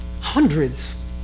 Hundreds